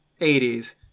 80s